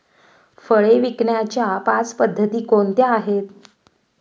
फळे विकण्याच्या पाच पद्धती कोणत्या आहेत?